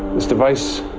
this device